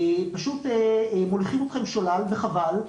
פשוט מוליכים אתכם שולל וחבל.